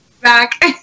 back